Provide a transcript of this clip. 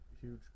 huge